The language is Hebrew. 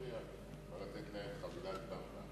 הוא יכול לתת להם חבילת "במבה".